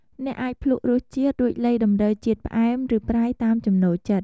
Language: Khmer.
អ្នកអាចភ្លក្សរសជាតិ រួចលៃតម្រូវជាតិផ្អែម ឬប្រៃតាមចំណូលចិត្ត។